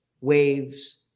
waves